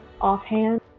offhand